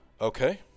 okay